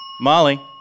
Molly